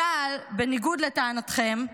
צה"ל, בניגוד לטענתכם,